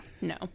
No